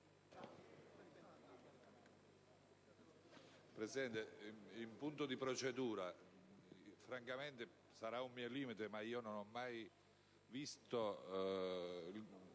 Presidente, in punto di procedura, sarà francamente un mio limite, ma io non ho mai ascoltato